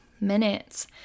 minutes